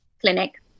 clinic